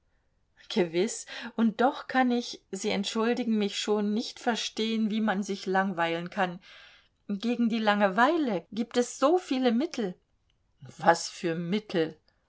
gewiß und doch kann ich sie entschuldigen mich schon nicht verstehen wie man sich langweilen kann gegen die langeweile gibt es so viele mittel was für mittel